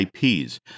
IPs